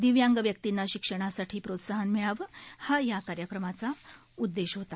दिव्यांग व्यक्तींना शिक्षणासाठी प्रोत्साहन मिळावं हा या कार्यक्रमाचा उददेश होता